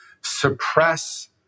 suppress